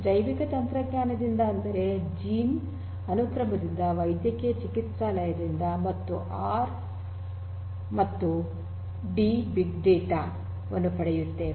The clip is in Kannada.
ಜೈವಿಕ ತಂತ್ರಜ್ಞಾನದಿಂದ ಅಂದರೆ ಜೀನ್ ಅನುಕ್ರಮದಿಂದವೈದ್ಯಕೀಯ ಚಿಕಿತ್ಸಾಲಯದಿಂದ ಮತ್ತು ಆರ್ ಮತ್ತು ಡಿ ಬಿಗ್ ಡೇಟಾ ವನ್ನು ಪಡೆಯುತ್ತೇವೆ